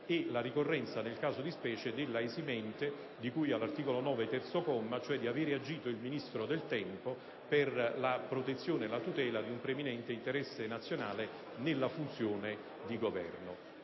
e la ricorrenza nel caso di specie dell'esimente di cui all'articolo 9, terzo comma, della legge costituzionale n. 1 del 1989, di avere agito il Ministro del tempo per la protezione e la tutela di un preminente interesse nazionale nella funzione di governo.